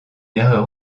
erreur